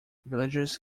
villages